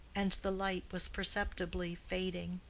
and the light was perceptibly fading.